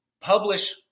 publish